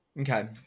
okay